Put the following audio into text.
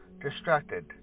distracted